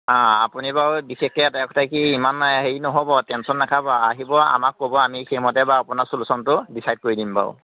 অঁ আপুনি বাও বিশেষকৈ এটা কথা কি ইমান হেৰি নাখাব টেনচন নাখাব আহিব আমাক ক'ব আমি সেইমতে আপোনাৰ চলিউচনটো ডিচাইদ কৰি দিম বাৰু